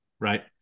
right